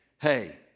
hey